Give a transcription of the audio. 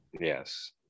Yes